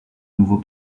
nouveau